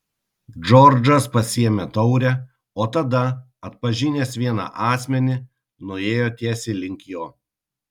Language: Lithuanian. džordžas pasiėmė taurę o tada atpažinęs vieną asmenį nuėjo tiesiai link jo